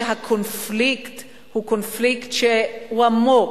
ההבנה שהקונפליקט הוא קונפליקט עמוק,